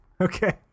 Okay